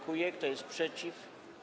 Kto jest przeciw?